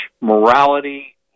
morality